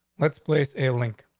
let's place a link.